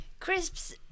Crisps